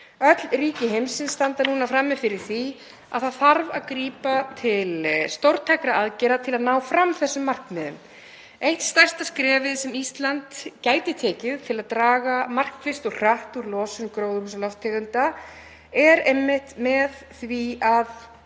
Öll ríki heimsins standa núna frammi fyrir því að það þarf að grípa til stórtækra aðgerða til að ná fram þessum markmiðum. Eitt stærsta skrefið sem Ísland gæti tekið til að draga markvisst og hratt úr losun gróðurhúsalofttegunda er einmitt að